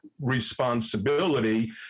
responsibility